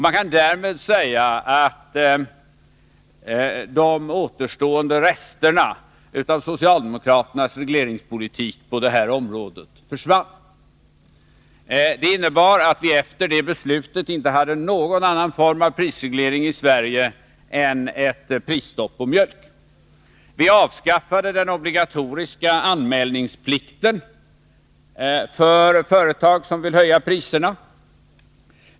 Man kan säga att de återstående resterna av socialdemokraternas regleringspolitik på det här området därmed försvann. Efter det beslutet hade vi inte någon annan form av prisreglering i Sverige än ett prisstopp på mjölk. Vi avskaffade den obligatoriska anmälningsplikten för företag som vill höja sina priser.